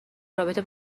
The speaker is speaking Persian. رابطه